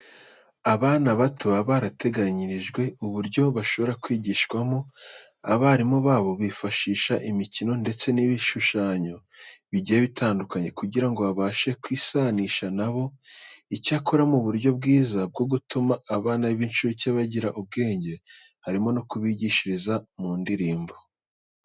Abana bato baba barateganyirijwe uburyo bashobora kwigishwamo. Abarimu babo bifashisha imikino ndetse n'ibishushanyo bigiye bitandukanye kugira ngo babashe kwisanisha na bo. Icyakora mu buryo bwiza bwo gutuma abana b'inshuke bagira ubwenge harimo no kubigishiriza mu ndirimbo.